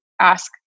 ask